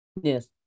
Yes